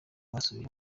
basubiye